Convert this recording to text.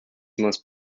most